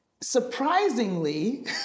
surprisingly